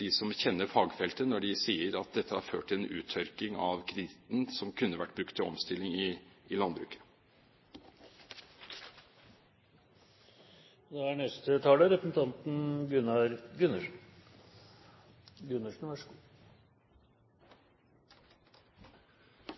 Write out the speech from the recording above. de som kjenner fagfeltet, sier at dette har ført til en uttørking av kreditten, som kunne ha vært brukt til omstilling i landbruket. Det var representanten Lundteigens innlegg som provoserte meg litt til å gå opp, for det var basert på noen ganske så